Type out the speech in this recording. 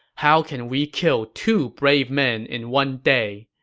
how can we kill two brave men in one day?